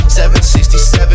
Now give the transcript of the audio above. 767